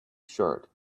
shirt